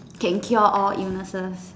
can cure all illnesses